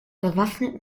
bewaffnet